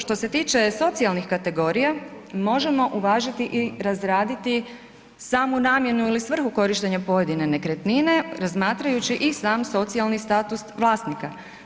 Što se tiče socijalnih kategorija, možemo uvažiti i razraditi samu namjenu ili svrhu korištenja pojedine nekretnine razmatrajući i sam socijalni status vlasnika.